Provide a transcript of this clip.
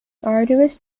arduous